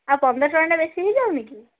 ଆଉ ପନ୍ଦରଟଙ୍କାଟା ବେଶୀ ହୋଇଯାଉନି କି